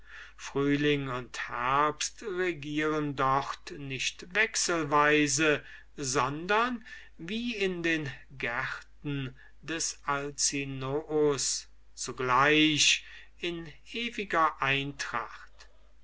frühling und herbst regieren dort nicht wechselsweise sondern wie in den gärten des alcinous zugleich in ewiger eintracht